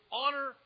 honor